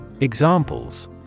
Examples